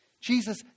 Jesus